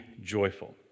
joyful